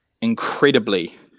incredibly